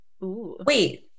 Wait